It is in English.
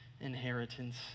inheritance